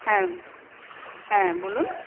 হ্যাঁ হ্যাঁ বলুন